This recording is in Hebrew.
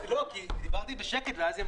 איזה תיירים נכנסים לארץ,